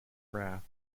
wrath